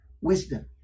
wisdom